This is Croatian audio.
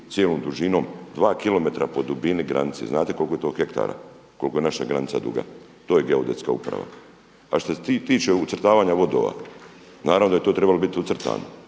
cijelom dužinom 2 km po dubini granice. Znate koliko je to hektara? Koliko je naša granica duga? To je Geodetska uprava. A što se tiče ucrtavanja vodova, naravno da je to trebalo biti ucrtano.